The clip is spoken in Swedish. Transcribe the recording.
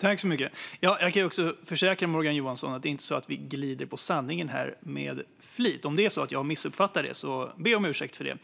Fru talman! Jag kan försäkra Morgan Johansson att det inte är så att vi glider på sanningen här med flit. Om det är så att jag har missuppfattat det ber jag om ursäkt för det.